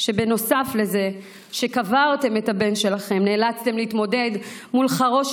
שנוסף לזה שקברתם את הבן שלכם נאלצתם להתמודד מול חרושת